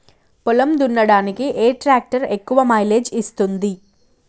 పొలం దున్నడానికి ఏ ట్రాక్టర్ ఎక్కువ మైలేజ్ ఇస్తుంది?